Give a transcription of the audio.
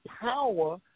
power